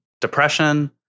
depression